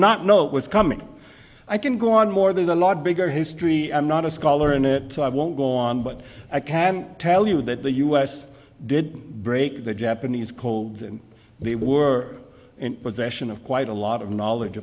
not know it was coming i can go on more there's a lot bigger history i'm not a scholar in it so i won't go on but i can tell you that the us did break the japanese cold and they were in possession of quite a lot of knowledge